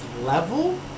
level